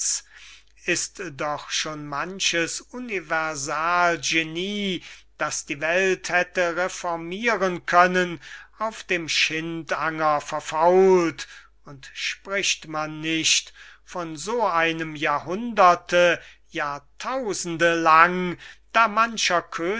ist doch schon manches universal genie das die welt hätte reformiren können auf dem schind anger verfault und spricht man nicht von so einem jahrhunderte jahrtausende lang da mancher